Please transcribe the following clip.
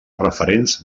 referents